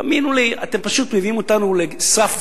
תאמינו לי, אתם פשוט מביאים אותנו לסף